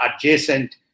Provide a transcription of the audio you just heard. adjacent